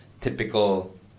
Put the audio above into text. typical